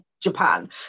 japan